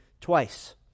twice